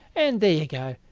and there you go.